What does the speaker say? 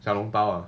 xiao long bao ah